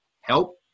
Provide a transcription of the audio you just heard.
help